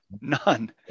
None